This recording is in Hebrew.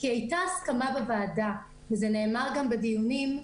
כי הייתה הסכמה בוועדה, וזה נאמר גם בדיונים,